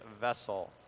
vessel